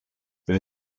there